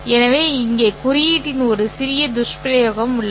எனவே இங்கே குறியீட்டின் ஒரு சிறிய துஷ்பிரயோகம் உள்ளது